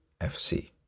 FC